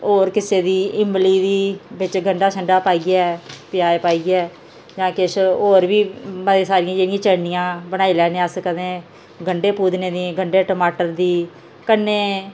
होर किसै दी ईमली दी बिच गं'डा शंड्डा पाइयै प्याज पाइयै जां किश होर बी मती सारियां जेह्ड़ियां चटनियां बनाई लैन्ने अस कदें गं'डे पूतने दी गं'डे टमाटर दी कन्नै